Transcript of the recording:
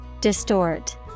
Distort